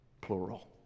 plural